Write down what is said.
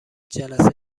جلسه